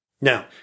Now